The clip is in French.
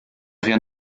rien